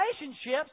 relationships